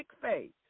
faith